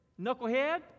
Knucklehead